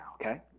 okay